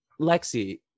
Lexi